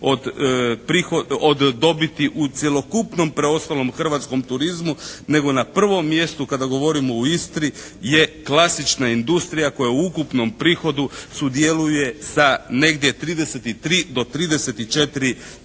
od dobiti u cjelokupnom preostalom hrvatskom turizmu, nego na prvom mjestu kada govorimo o Istri je klasična industrija koja u ukupnom prihodu sudjeluje sa negdje 33 do 34%.